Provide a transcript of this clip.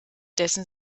dessen